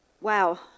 Wow